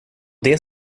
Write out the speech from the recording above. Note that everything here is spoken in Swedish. det